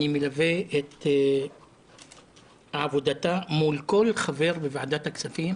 אני מלווה את עבודתה מול כל חבר בוועדת הכספים